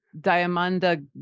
Diamanda